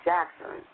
Jackson